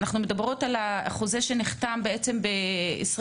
אנחנו מדברות על חוזה שנחתם בעצם ב-2020?